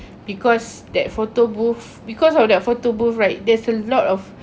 because that photo booth because of that photo booth right there's a lot of